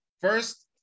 First